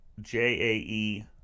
j-a-e